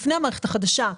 לפני המערכת החדשה,